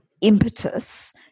impetus